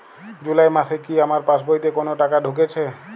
জুলাই মাসে কি আমার পাসবইতে কোনো টাকা ঢুকেছে?